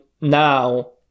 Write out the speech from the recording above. now